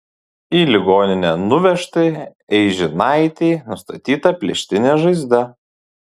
į ligoninę nuvežtai eižinaitei nustatyta plėštinė žaizda